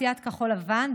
סיעת כחול לבן,